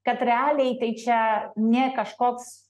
kad realiai tai čia ne kažkoks